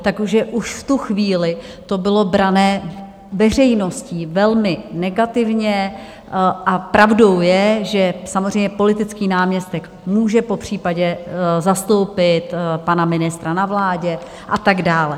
Takže už v tu chvíli to bylo brané veřejností velmi negativně a pravdou je, že samozřejmě politický náměstek může popřípadě zastoupit pana ministra na vládě a tak dále.